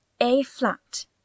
A-flat